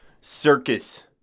circus